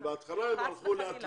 בהתחלה הם הלכו לאט לאט,